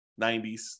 90s